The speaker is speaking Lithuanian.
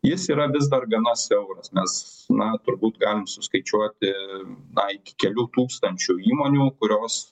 jis yra vis dar gana siauras nes na turbūt galim suskaičiuoti na iki kelių tūkstančių įmonių kurios